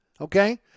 Okay